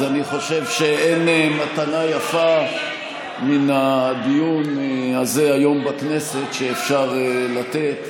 אז אני חושב שאין מתנה יפה מן הדיון הזה היום בכנסת שאפשר לתת.